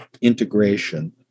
integration